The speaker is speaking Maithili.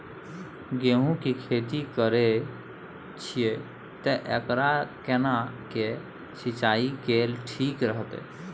गेहूं की खेती करे छिये ते एकरा केना के सिंचाई कैल ठीक रहते?